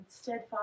steadfast